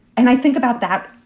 and i think about that,